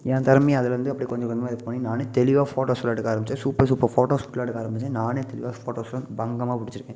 என் திறமையை அதுல இருந்து எப்படி கொஞ்ச கொஞ்சமாக இது பண்ணி நானே தெளிவாக ஃபோட்டோஸ் எல்லாம் எடுக்க ஆரமிச்சேன் சூப்பர் சூப்பர் ஃடோட்டோஸ் எல்லாம் எடுக்க ஆரமிச்சேன் நானே தெளிவாக ஃபோட்டோஸும் பங்கமாக பிடிச்சிருக்கேன்